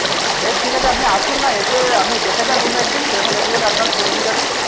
বেশ ঠিক আছে আপনি আসুন না এসে আপনি দেখে যান রুম একদিন সেরকম গেলে অ্যাডভান্স করে দিয়ে যাবেন